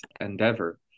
endeavor